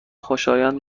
خوشایند